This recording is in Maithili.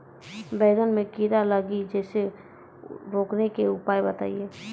बैंगन मे कीड़ा लागि जैसे रोकने के उपाय बताइए?